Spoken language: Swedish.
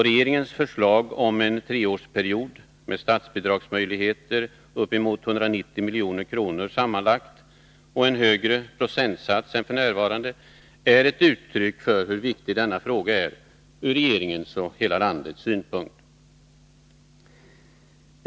Regeringens förslag om en treårsperiod med möjligheter till statsbidrag på sammanlagt uppemot 190 milj.kr. och en högre procentsats än f.n. är ett uttryck för hur viktig denna fråga är ur regeringens och hela landets synpunkt.